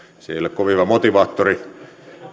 se ei ole kovin hyvä motivaattori